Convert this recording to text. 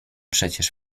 przecież